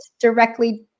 directly